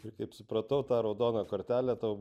ir kaip supratau ta raudona kortelė tau